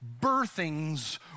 birthings